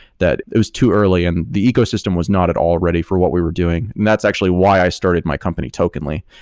that it was too early and the ecosystem was not at all ready for what we were doing. that's actually why i started my company tokenly,